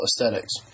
aesthetics